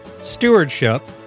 Stewardship